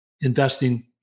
investing